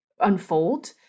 unfold